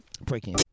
breaking